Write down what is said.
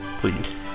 please